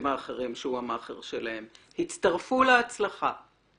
האחרים שהוא המאכער שלהם "הצטרפו להצלחה".